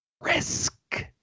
risk